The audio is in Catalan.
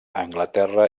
anglaterra